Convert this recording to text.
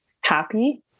happy